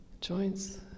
joints